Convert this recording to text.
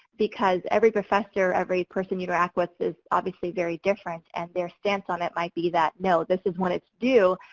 because every professor, every person you interact with is, obviously very different. and their stance on it might be that, no this is when it's due.